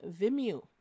Vimeo